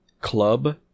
Club